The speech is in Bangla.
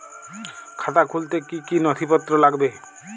খাতা খুলতে কি কি নথিপত্র লাগবে?